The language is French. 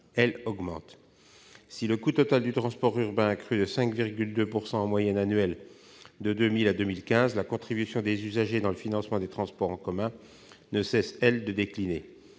augmente. Si le coût total du transport urbain a crû de 5,2 % en moyenne annuelle de 2000 à 2015, la contribution des usagers au financement des transports en commun ne cesse, elle, de décliner.